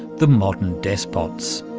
the modern despots.